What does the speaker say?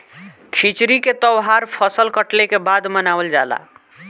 खिचड़ी के तौहार फसल कटले के बाद मनावल जाला